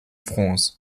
france